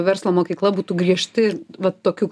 verslo mokykla būtų griežti va tokiu